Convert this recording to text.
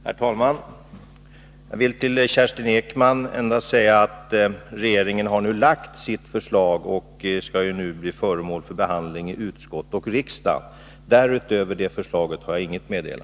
Herr talman! Jag vill endast säga, Kerstin Ekman, att regeringen nu har lagt fram sitt förslag och att det skall bli föremål för behandling i utskott och riksdag. Därutöver har jag alltså inget att meddela.